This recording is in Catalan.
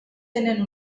tenen